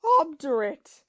obdurate